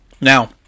Now